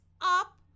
up